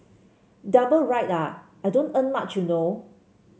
double ride ah I don't earn much you know